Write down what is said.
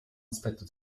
aspetto